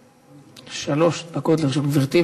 שלוש דקות לרשות גברתי.